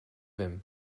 him